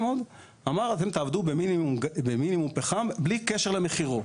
שאמר שנעבור במינימום פחם בלי קשר למחירו.